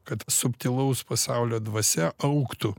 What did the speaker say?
kad subtilaus pasaulio dvasia augtų